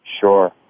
Sure